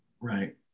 right